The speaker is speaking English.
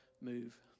move